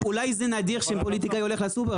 אולי זה נדיר שפוליטיקאי הולך לסופר,